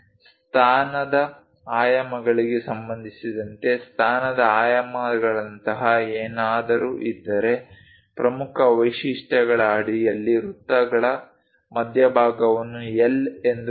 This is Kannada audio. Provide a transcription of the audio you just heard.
ಸ್ಥಾನದ ಆಯಾಮಗಳಿಗೆ ಸಂಬಂಧಿಸಿದಂತೆ ಸ್ಥಾನದ ಆಯಾಮಗಳಂತಹ ಏನಾದರೂ ಇದ್ದರೆ ಪ್ರಮುಖ ವೈಶಿಷ್ಟ್ಯಗಳ ಅಡಿಯಲ್ಲಿ ವೃತ್ತಗಳ ಮಧ್ಯಭಾಗವನ್ನು L ಎಂದು ಗುರುತಿಸಿ